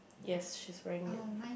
yes she's wearing it